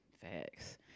Facts